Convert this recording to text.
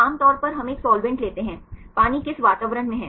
आमतौर पर हम एक साल्वेंट लेते हैं पानी किस वातावरण में है